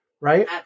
right